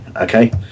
Okay